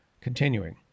Continuing